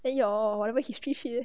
then your whatever history shit eh